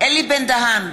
אלי בן-דהן,